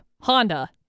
Honda